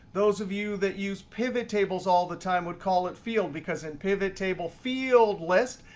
those of you that use pivot tables all the time would call it field, because in pivot table field list,